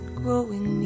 growing